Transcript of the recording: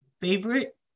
favorite